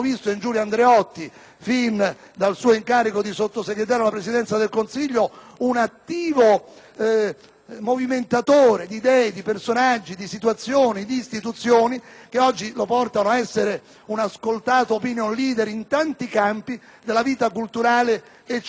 fin dal suo incarico di Sottosegretario alla Presidenza del Consiglio, un attivo movimentatore di idee, di personaggi, di situazioni, di istituzioni che oggi lo portano ad essere un ascoltato *opinion leader* in tanti campi della vita culturale e civile della Nazione: